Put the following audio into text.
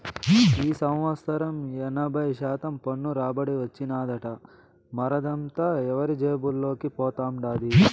ఈ సంవత్సరం ఎనభై శాతం పన్ను రాబడి వచ్చినాదట, మరదంతా ఎవరి జేబుల్లోకి పోతండాది